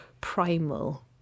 primal